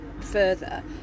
further